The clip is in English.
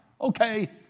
okay